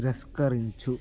తిరస్కరించు